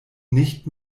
nicht